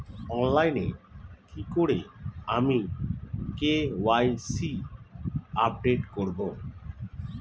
অনলাইনে কি করে আমি কে.ওয়াই.সি আপডেট করব?